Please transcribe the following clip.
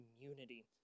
community